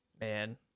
man